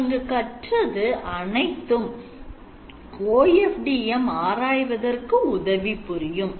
நாம் இங்கு கற்றது அனைத்தும் OFDM ஆராய்வதற்கு உதவி புரியும்